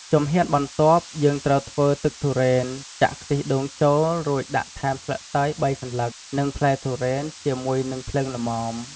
ជំហានបន្ទាប់យើងត្រូវធ្វើទឹកទុរេន ចាក់ខ្ទិះដូងចូល រួចដាក់ថែមស្លឹកតើយ៣សន្លឹក និងផ្លែទុរេន ជាមួយនឹងភ្លើងល្មម។